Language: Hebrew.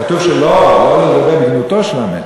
כתוב שלא לדבר בגנותו של המת,